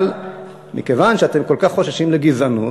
אבל מכיוון שאתם כל כך חוששים לגזענות,